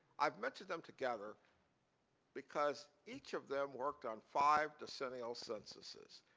i have mentioned them together because each of them worked on five decennial censuses.